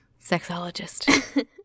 sexologist